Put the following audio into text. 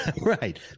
Right